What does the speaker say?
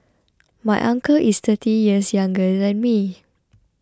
my uncle is thirty years younger than me